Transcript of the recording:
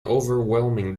overwhelming